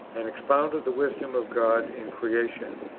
and expounded the wisdom of god in creation,